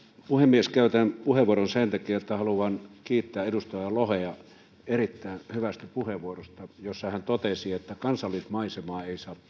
puhemies käytän puheenvuoron sen takia että haluan kiittää edustaja lohea erittäin hyvästä puheenvuorosta jossa hän totesi että kansallismaisemaa ei saa